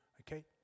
okay